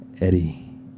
Eddie